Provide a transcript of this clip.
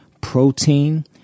protein